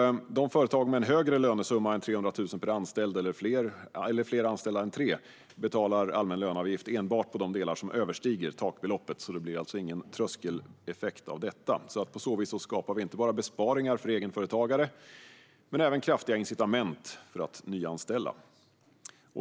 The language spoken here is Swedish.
Företag med en högre lönesumma än 300 000 kronor per anställd eller fler anställda än tre betalar allmän löneavgift enbart på de delar som överstiger takbeloppet. Det blir alltså ingen tröskeleffekt av detta. På så vis skapar vi inte bara besparingar för egenföretagare utan även kraftiga incitament för att nyanställa.